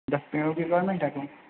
दस पेड़ों की रिक्वायरमेंट है अपको